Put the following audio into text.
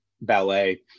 ballet